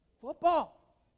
Football